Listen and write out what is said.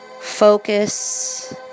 focus